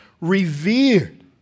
revered